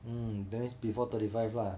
mm that means before thirty five lah